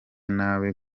nabi